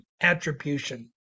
attribution